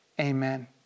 amen